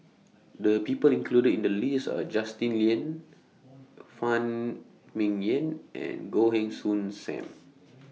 The People included in The list Are Justin Lean Phan Ming Yen and Goh Heng Soon SAM